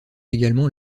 également